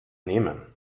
nehmen